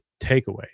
takeaway